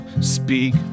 speak